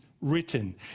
written